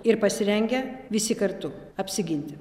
ir pasirengę visi kartu apsiginti